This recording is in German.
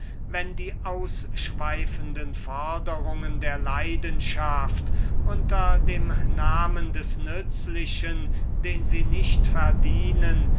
wenn die ausschweifenden forderungen der leidenschaft unter dem namen des nützlichen den sie nicht verdienen